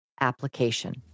application